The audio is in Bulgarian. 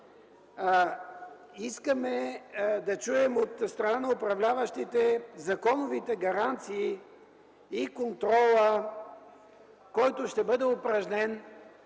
Искаме да чуем от страна на управляващите законовите гаранции и контрола, който ще бъде упражнен